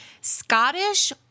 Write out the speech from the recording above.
Scottish